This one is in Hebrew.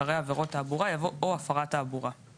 אחרי "עבירת תעבורה" יבוא "או הפרת תעבורה";